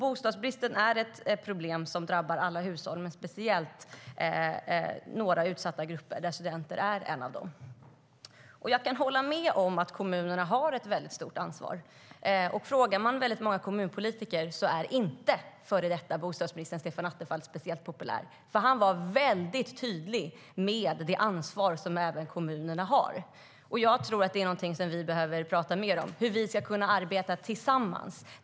Bostadsbristen är ett problem som drabbar alla hushåll men speciellt några utsatta grupper, och studenter är en av dem. Jag kan hålla med om att kommunerna har ett väldigt stort ansvar. Frågar man kommunpolitiker säger väldigt många att före detta bostadsministern Stefan Attefall inte är speciellt populär, för han var mycket tydlig med det ansvar som även kommunerna har. Jag tror att det är någonting vi behöver prata mer om, alltså hur vi ska kunna arbeta tillsammans.